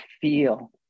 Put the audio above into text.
feel